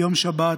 ביום שבת,